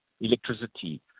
electricity